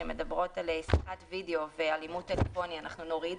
שמדברות על שיחת וידאו ועל אימות טלפוני נוריד,